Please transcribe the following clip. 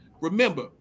remember